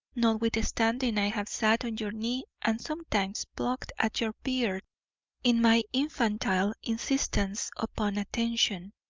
notwithstanding i have sat on your knee and sometimes plucked at your beard in my infantile insistence upon attention.